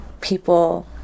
people